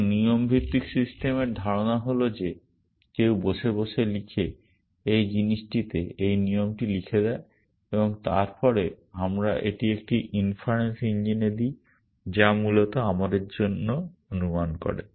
সুতরাং নিয়ম ভিত্তিক সিস্টেমের ধারণা হল যে কেউ বসে বসে লিখে এই জিনিসটিতে এই নিয়মটি লিখে দেয় এবং তারপরে আমরা এটি একটি ইন্ফেরেন্স ইঞ্জিনে দিই যা মূলত আমাদের জন্য অনুমান করে